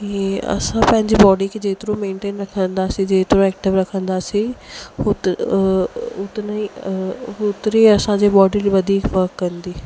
इहे असां पंहिंजी बॉडी खे जेतिरो मेंटेन रखंदासीं जेतिरो एक्टिव रखंदासीं हुत उतना ई होतिरी ई असांजी बॉडी वधीक वर्क कंदी